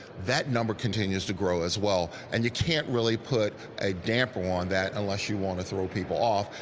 that number continues to grow as well, and you can't really put a damper on that unless you want to throw people off,